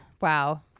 Wow